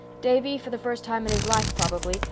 davy, for the first time in his life probably,